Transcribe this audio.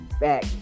back